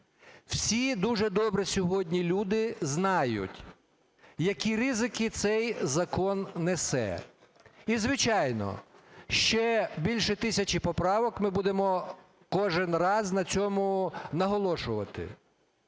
Всі дуже добре сьогодні люди знають, які ризики цей закон несе. І, звичайно, ще більше тисячі поправок, ми будемо кожного разу на цьому наголошувати.